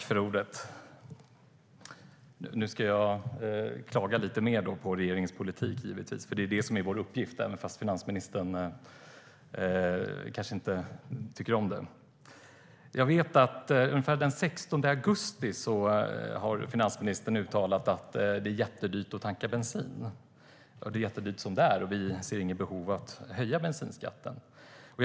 Fru talman! Nu ska jag klaga lite mer på regeringens politik. Det är det som är vår uppgift, även om finansministern kanske inte tycker om det. Omkring den 16 augusti 2014 uttalade finansministern att det är jättedyrt att tanka bensin. Det är jättedyrt som det är, och vi ser inget behov av att höja bensinskatten, menade hon.